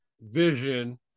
vision